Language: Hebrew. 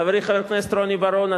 חברי חבר הכנסת רוני בר-און,